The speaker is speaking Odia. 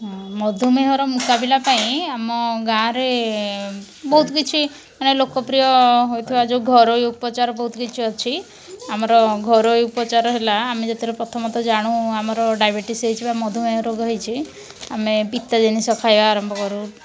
ହଁ ମଧୁମେହର ମୁକାବିଲା ପାଇଁ ଆମ ଗାଁରେ ବହୁତ କିଛି ମାନେ ଲୋକପ୍ରିୟ ହୋଇଥିବା ଯେଉଁ ଘରୋଇ ଉପଚାର ବହୁତ କିଛି ଅଛି ଆମର ଘରୋଇ ଉପଚାର ହେଲା ଆମେ ଯେତେବେଳେ ପ୍ରଥମତଃ ଜାଣୁ ଆମର ଡାଇବେଟିସ୍ ହୋଇଛି ବା ମଧୁମେହ ରୋଗ ହୋଇଛି ଆମେ ପିତା ଜିନିଷ ଖାଇବା ଆରମ୍ଭ କରୁ